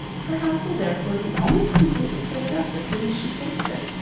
her house will therefore be almost completely fitted up as soon as she takes it.